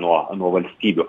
nuo nuo valstybių